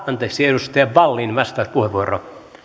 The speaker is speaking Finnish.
anteeksi edustaja wallin vastauspuheenvuoro kun